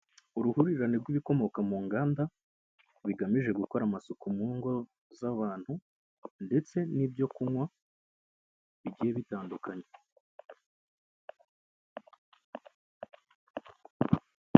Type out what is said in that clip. Uruhurirane rw'ibikomoka mu nganda bigamije gukora amasuku mu ngo z'abantu ndetse n'ibyo kunywa bigiye bitandukanye.